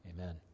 amen